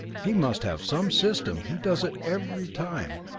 he must have some system he does it every time.